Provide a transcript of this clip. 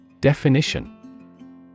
Definition